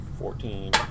Fourteen